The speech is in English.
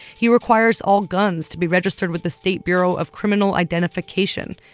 he requires all guns to be registered with the state bureau of criminal identification,